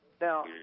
Now